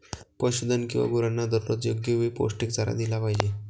पशुधन किंवा गुरांना दररोज योग्य वेळी पौष्टिक चारा दिला पाहिजे